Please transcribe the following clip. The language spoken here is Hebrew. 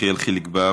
יחיאל חיליק בר,